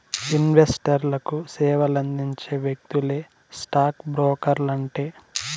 ఇన్వెస్టర్లకు సేవలందించే వ్యక్తులే స్టాక్ బ్రోకర్లంటే